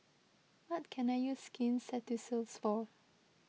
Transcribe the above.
what can I use Skin Ceuticals for